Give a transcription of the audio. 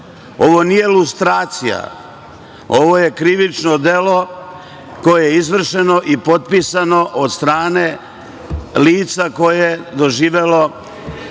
Ovo nije lustracija, ovo je krivično delo koje je izvršeno i potpisano od strane lica koje je doživelo